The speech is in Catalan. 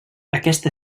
aquesta